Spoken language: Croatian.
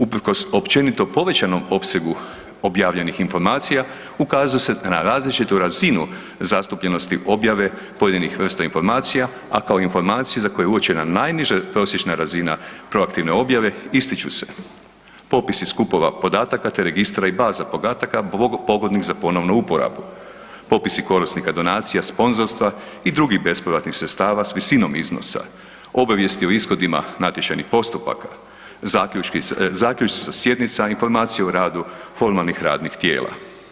Usprkos općenito povećanom opsegu objavljenih informacija ukazuje se na različitu razinu zastupljenosti objave pojedinih vrsta informacija, a kao informacije za koje je uočena najniža prosječna razina proaktivne objave ističu se popisi skupova podataka, te registra i baza podataka pogodnih za ponovnu uporabu, popisi korisnika donacija, sponzorstva i drugih bespovratnih sredstava s visinom iznosa, obavijesti o ishodima natječajnih postupaka, zaključci sa sjednica, informacije o radu formalnih radnih tijela.